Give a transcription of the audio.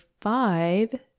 five